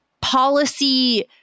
policy